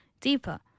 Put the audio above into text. deeper